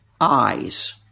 eyes